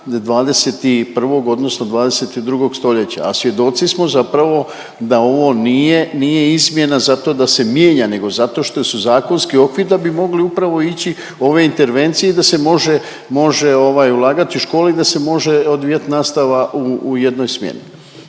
21. odnosno 22. stoljeća, a svjedoci smo zapravo da ovo nije izmjena zato da se mijenja nego zato što su zakonski okvir da bi mogli upravo ići ove intervencije i da se može ulagati u škole i da se može odvijat nastava u jednoj smjeni